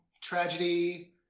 tragedy